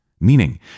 meaning